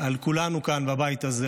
לגבי כולנו בבית הזה,